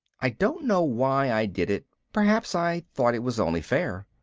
i don't know why i did it, perhaps i thought it was only fair.